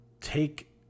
take